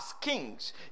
kings